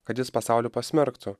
kad jis pasaulį pasmerktų